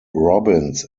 robbins